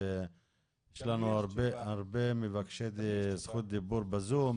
יש לנו הרבה מבקשי זכות דיבור בזום.